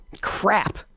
crap